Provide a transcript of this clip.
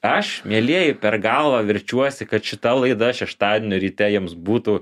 aš mielieji per galvą verčiuosi kad šita laida šeštadienio ryte jiems būtų